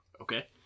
Okay